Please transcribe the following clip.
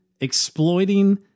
Exploiting